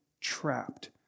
trapped